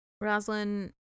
Rosalind